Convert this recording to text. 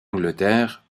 angleterre